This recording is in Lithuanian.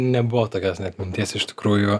nebuvo tokios net minties iš tikrųjų